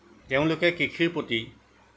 তেওঁলোকে কৃষিৰ প্ৰতি